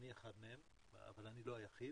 אני אחד מהם, אבל אני לא היחיד,